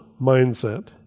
mindset